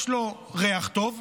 יש לו ריח טוב,